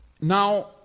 Now